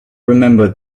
remembered